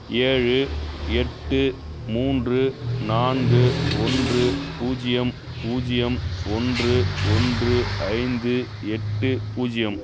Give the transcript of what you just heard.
ஏழு எட்டு மூன்று நான்கு ஒன்று பூஜ்ஜியம் பூஜ்ஜியம் ஒன்று ஒன்று ஐந்து எட்டு பூஜ்ஜியம்